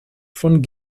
von